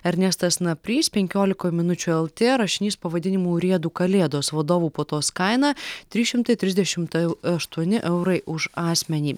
ernestas naprys penkiolikoj minučių lt rašinys pavadinimu urėdų kalėdos vadovų puotos kaina trys šimtai trisdešimt eu aštuoni eurai už asmenį